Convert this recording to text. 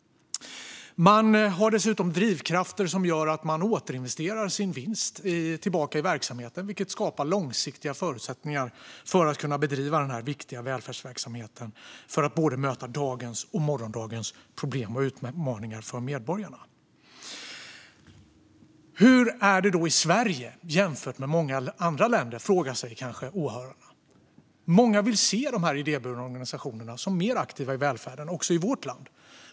Man har dessutom drivkrafter som gör att man återinvesterar sin vinst i verksamheten, vilket skapar långsiktiga förutsättningar för att kunna bedriva den viktiga välfärdsverksamheten och möta både dagens och morgondagens problem och utmaningar för medborgarna. Hur är det då i Sverige jämfört med många andra länder, frågar sig kanske åhörarna. Många vill se de idéburna organisationerna som mer aktiva i välfärden också i vårt land.